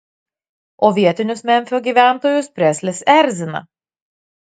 o vietinius memfio gyventojus preslis erzina